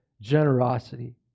generosity